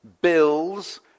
bills